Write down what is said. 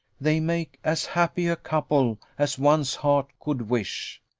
they make as happy a couple as one's heart could wish.